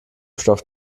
stoff